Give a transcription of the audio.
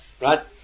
right